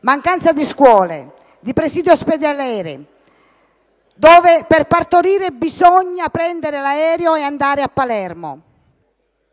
Mancano le scuole e i presidi ospedalieri. Per partorire bisogna prendere l'aereo e andare a Palermo.